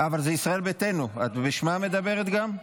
אבל זה של ישראל ביתנו, את מדברת גם בשמם?